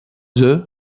zhu